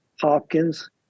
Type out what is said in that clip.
Hopkins